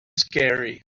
scary